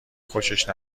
خوشش